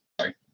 sorry